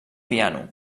piano